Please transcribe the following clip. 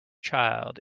child